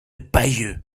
bayeux